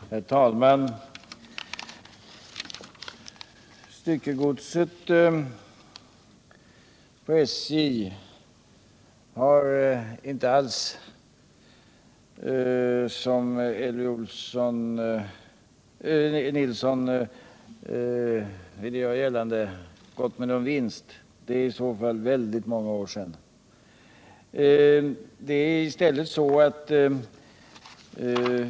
Herr talman! Styckegodset på SJ har inte alls, som Elvy Nilsson vill göra gällande, gått med någon vinst. Det är i så fall väldigt många år sedan.